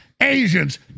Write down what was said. Asians